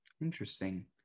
Interesting